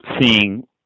seeing